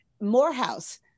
Morehouse